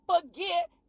forget